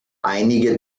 einige